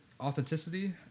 Authenticity